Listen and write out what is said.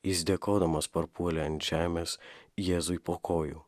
jis dėkodamas parpuolė ant žemės jėzui po kojų